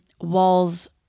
Walls